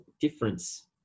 difference